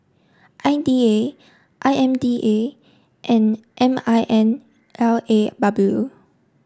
I D A I M D A and M I N L A W